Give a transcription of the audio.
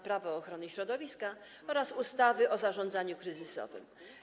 Prawo ochrony środowiska oraz ustawy o zarządzaniu kryzysowym.